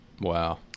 Wow